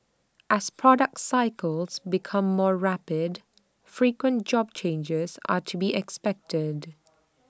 as product cycles become more rapid frequent job changes are to be expected